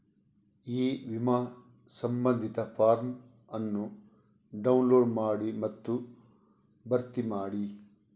E ವಿಮಾ ಸಂಬಂಧಿತ form ಅನ್ನು ಡೌನ್ಲೋಡ್ ಮಾಡಿ ಮತ್ತು ಭರ್ತಿ ಮಾಡಿ